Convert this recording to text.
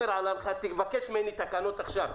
תבקש ממני תקנות עכשיו,